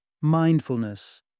Mindfulness